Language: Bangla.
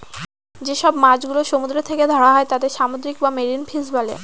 যেসব মাছ গুলো সমুদ্র থেকে ধরা হয় তাদের সামুদ্রিক বা মেরিন ফিশ বলে